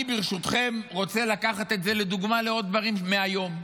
אני ברשותכם רוצה לקחת את זה לדוגמה לעוד דברים מהיום.